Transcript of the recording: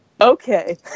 okay